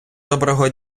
доброго